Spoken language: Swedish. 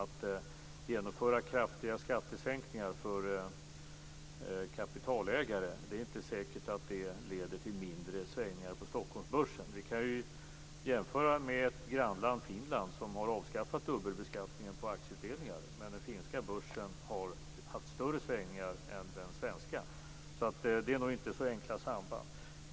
Att genomföra kraftiga skattesänkningar för kapitalägare leder inte med säkerhet till mindre svängningar på Stockholmsbörsen. Vi kan jämföra med vårt grannland Finland som har avskaffat dubbelbeskattningen på aktieutdelningar, men den finska börsen har haft större svängningar än den svenska. Det är inte så enkla samband.